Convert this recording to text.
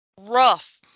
rough